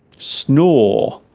snore